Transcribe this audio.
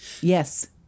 Yes